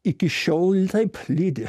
iki šiol taip lydi